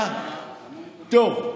טוב,